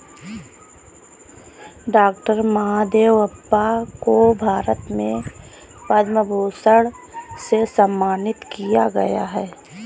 doctor Mahadevappa को भारत में पद्म भूषण से सम्मानित किया गया है